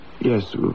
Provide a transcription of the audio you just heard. Yes